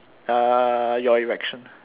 uh your erection